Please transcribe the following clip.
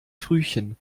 frühchen